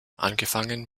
angefangen